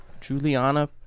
Juliana